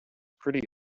pretty